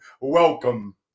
welcome